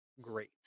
great